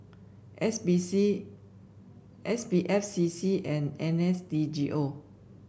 S B C S B F C C and N S D G O